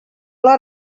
lot